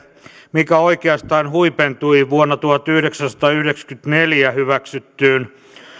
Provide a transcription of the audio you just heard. mikä oikeastaan huipentui vuonna tuhatyhdeksänsataayhdeksänkymmentäneljä hyväksyttyyn